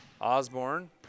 Osborne